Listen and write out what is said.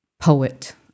poet